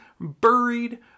buried